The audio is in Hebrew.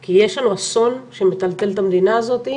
כי יש לנו אסון שמטלטל את המדינה הזאת,